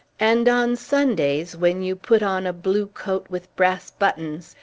and on sundays, when you put on a blue coat with brass buttons,